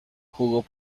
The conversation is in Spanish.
jugó